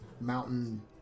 mountain